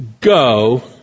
Go